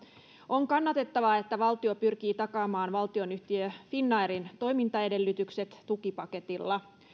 on kannatettavaa että valtio pyrkii takaamaan valtionyhtiö finnairin toimintaedellytykset tukipaketilla